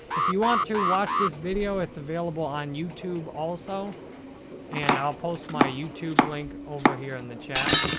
if you want to, watch this video. it's available on youtube also and i'll post my youtube link over here in the chat.